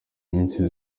nyinshi